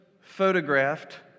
photographed